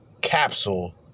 Capsule